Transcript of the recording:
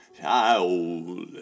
child